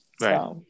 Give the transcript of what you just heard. Right